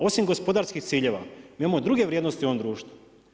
Osim gospodarskih ciljeva, mi imao druge vrijednosti u ovom društvu.